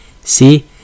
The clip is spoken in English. See